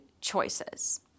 choices